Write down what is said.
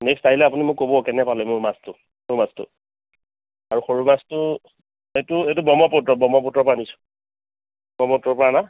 next আহিলে আপুনি মোক ক'ব কেনে পালে মোৰ মাছটো ৰৌ মাছটো আৰু সৰু মাছটো এইটো এইটো ব্ৰহ্মপুত্ৰৰ ব্ৰহ্মপুত্ৰৰ পৰা আনিছোঁ ব্ৰহ্মপুত্ৰৰ পৰা আনা